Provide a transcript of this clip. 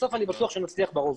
בסוף אני בטוח שנצליח ברוב.